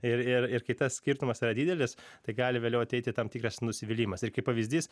ir ir ir kai tas skirtumas yra didelis tai gali vėliau ateiti tam tikras nusivylimas ir kaip pavyzdys